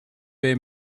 wij